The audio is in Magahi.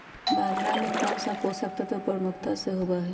बाजरा में कौन सा पोषक तत्व प्रमुखता से होबा हई?